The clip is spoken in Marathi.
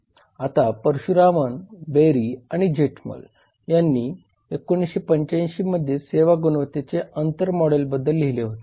आता परशुरामन बेरी आणि जेठमल यांनी 1985 मध्ये सेवा गुणवत्तेच्या अंतर मॉडेलबद्दल लिहिले होते